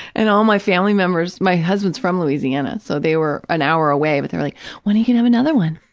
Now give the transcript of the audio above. and all my family members, my husband is from louisiana, so they were an hour away, but they were like, when are you going to have another one?